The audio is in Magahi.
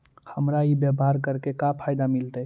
हमरा ई व्यापार करके का फायदा मिलतइ?